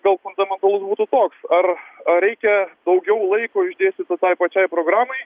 gal fundamentalus būtų toks ar ar reikia daugiau laiko išdėstyti tai pačiai programai